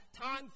time